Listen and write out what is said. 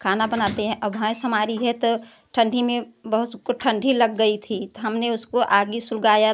खाना बनाते हैं और भैंस हमारी है तो ठंढी में बहुत उसको ठंडी लग गई थी तो हमने उसको आग सुलगाया